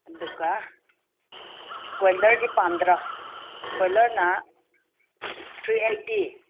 ꯑꯗꯨꯒ ꯀ꯭ꯔꯣꯏꯂꯔꯗꯤ ꯄꯥꯝꯗ꯭ꯔꯣ ꯀ꯭ꯔꯣꯏꯂꯔꯅ ꯊ꯭ꯔꯤ ꯑꯩꯇꯤ